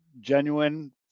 genuine